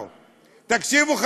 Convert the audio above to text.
תקשיבו,